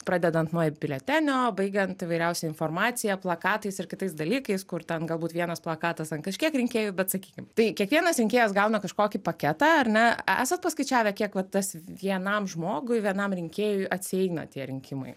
pradedant nuo biletenio baigiant įvairiausia informacija plakatais ir kitais dalykais kur ten galbūt vienas plakatas ant kažkiek rinkėjų bet sakykim tai kiekvienas rinkėjas gauna kažkokį paketą ar ne esat paskaičiavę kiek va tas vienam žmogui vienam rinkėjui atsieina tie rinkimai